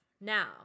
Now